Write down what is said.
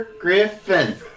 Griffin